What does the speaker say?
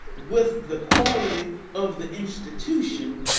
with the quality of the institution,